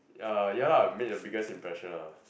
ya ya lah make a biggest impression lah